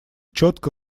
четко